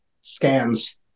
scans